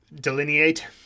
delineate